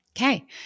Okay